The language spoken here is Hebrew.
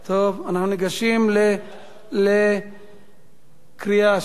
אנחנו ניגשים לקריאה שלישית.